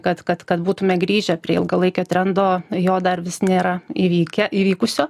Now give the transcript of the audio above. kad kad kad būtume grįžę prie ilgalaikio trendo jo dar vis nėra įvykę įvykusio